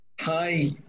Hi